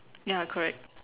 ya correct